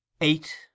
Eight